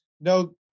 no